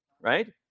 right